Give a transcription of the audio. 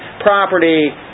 property